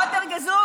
"אוט ער געזוקט"